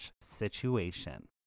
Situation